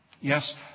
yes